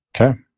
Okay